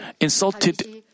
insulted